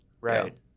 right